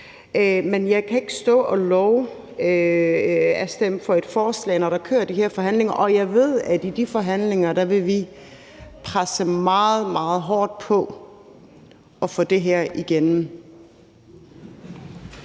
Men jeg kan ikke stå og love at stemme for et forslag, når der kører de her forhandlinger, og jeg ved, at i de forhandlinger vil vi presse meget, meget hårdt på for at få det her igennem.